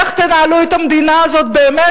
איך תנהלו את המדינה הזאת באמת,